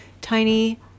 tiny